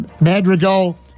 Madrigal